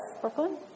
Brooklyn